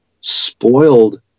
spoiled